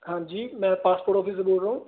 ਹਾਂਜੀ ਮੈਂ passport office ਤੋਂ ਬੋਲ ਰਹਾ ਹੂ